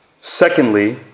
Secondly